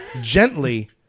Gently